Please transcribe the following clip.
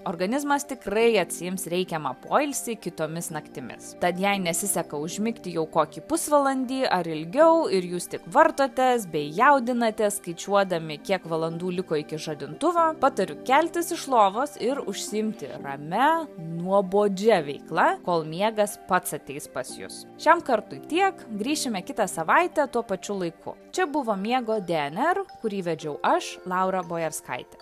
organizmas tikrai atsiims reikiamą poilsį kitomis naktimis tad jei nesiseka užmigti jau kokį pusvalandį ar ilgiau ir jūs tik vartotės bei jaudinatės skaičiuodami kiek valandų liko iki žadintuvo patariu keltis iš lovos ir užsiimti ramia nuobodžia veikla kol miegas pats ateis pas jus šiam kartui tiek grįšime kitą savaitę tuo pačiu laiku čia buvo miego dnr kurį vedžiau aš laura bojarskaitė